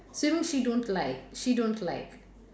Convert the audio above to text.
swimming she don't like she don't like